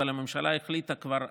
אבל הממשלה החליטה כבר,